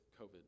covid